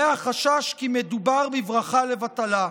עולה החשש כי מדובר בברכה לבטלה.